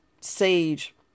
sage